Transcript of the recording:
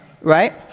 Right